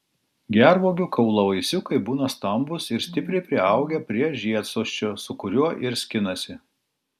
gervuogių kaulavaisiukai būna stambūs ir stipriai priaugę prie žiedsosčio su kuriuo ir skinasi